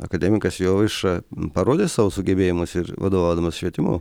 akademikas jovaiša parodė savo sugebėjimus ir vadovaudamas švietimo